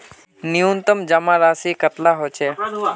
न्यूनतम जमा राशि कतेला होचे?